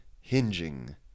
hinging